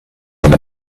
done